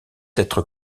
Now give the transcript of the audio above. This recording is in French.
être